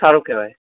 સારું કહેવાય